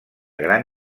gran